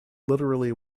literally